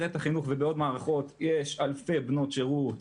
ובעוד מערכות יש אלפי בנות שירות,